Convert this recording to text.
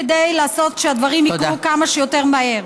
כדי לעשות שהדברים יקרו כמה שיותר מהר.